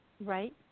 Right